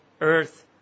earth